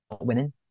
winning